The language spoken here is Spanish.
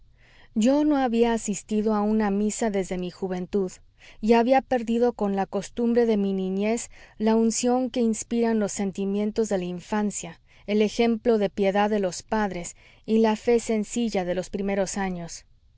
yo no había asistido a una misa desde mi juventud y había perdido con la costumbre de mi niñez la unción que inspiran los sentimientos de la infancia el ejemplo de piedad de los padres y la fe sencilla de los primeros años